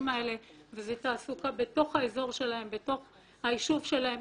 האלה וזאת תעסוקה בתוך האזור שלהן ובתוך היישוב שלהן.